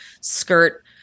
skirt